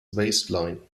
waistline